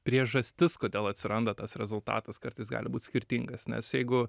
priežastis kodėl atsiranda tas rezultatas kartais gali būt skirtingas nes jeigu